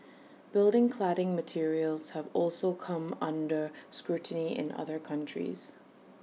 building cladding materials have also come under scrutiny in other countries